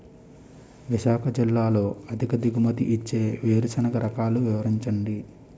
విశాఖ జిల్లాలో అధిక దిగుమతి ఇచ్చే వేరుసెనగ రకాలు వివరించండి?